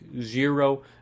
zero